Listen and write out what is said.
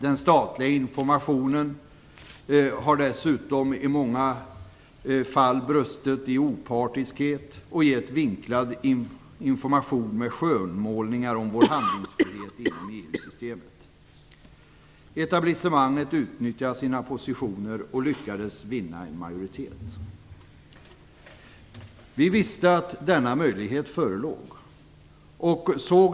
Den statliga informationen har dessutom i många fall brustit i opartiskhet och gett vinklad information med skönmålningar om vår handlingsfrihet inom EU Etablissemanget utnyttjade sina positioner och lyckades vinna en majoritet. Vi visste att denna möjlighet förelåg.